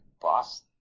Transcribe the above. boss